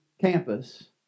campus